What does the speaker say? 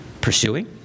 pursuing